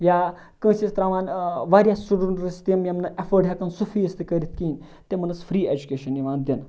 یا کانٛسہِ ٲسۍ تراوان واریاہ سٹوڈنٹ ٲسۍ تِم یِم نہٕ ایٚفٲڈ ہیٚکہٕ ہَن سُہ فیٖس تہِ کٔرِتھ کِہیٖنۍ تِمَن ٲس فری ایٚجوکیشَن یِوان دِنہٕ